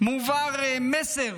מועבר מסר